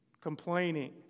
complaining